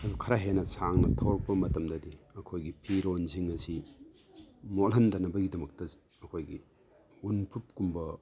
ꯑꯗꯨꯝ ꯈꯔ ꯍꯦꯟꯅ ꯁꯥꯡꯅ ꯊꯧꯔꯛꯄ ꯃꯇꯝꯗꯗꯤ ꯑꯩꯈꯣꯏꯒꯤ ꯐꯤꯔꯣꯟꯁꯤꯡ ꯑꯁꯤ ꯃꯣꯠꯍꯟꯗꯅꯕꯒꯤꯗꯃꯛꯇ ꯑꯩꯈꯣꯏꯒꯤ ꯋꯤꯟꯄ꯭ꯔꯨꯞꯀꯨꯝꯕ